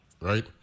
right